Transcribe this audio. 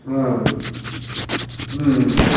ఆ